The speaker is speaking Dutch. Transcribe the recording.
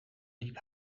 liep